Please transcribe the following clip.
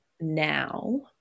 now